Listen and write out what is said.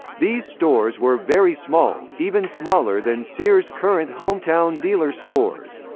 these stores were very small, even smaller than sears' current hometown dealer stores.